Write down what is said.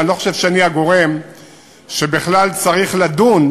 ואני לא חושב שאני הגורם שבכלל צריך לדון,